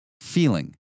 Feeling